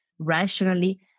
rationally